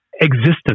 existence